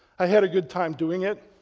i had a good time doing it.